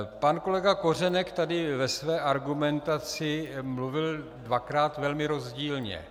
Pan kolega Kořenek tady ve své argumentaci mluvil dvakrát velmi rozdílně.